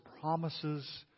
promises